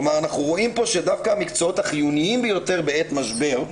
אנחנו רואים שדווקא המקצועות החיוניים ביותר בעת משבר,